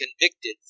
convicted